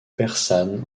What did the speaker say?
persane